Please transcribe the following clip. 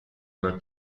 una